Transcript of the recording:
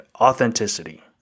authenticity